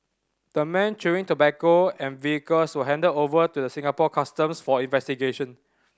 the men chewing tobacco and vehicles were handed over to the Singapore Customs for investigation